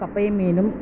കപ്പയും മീനും